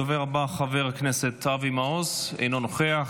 הדובר הבא, חבר הכנסת אבי מעוז, אינו נוכח.